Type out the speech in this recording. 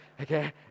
Okay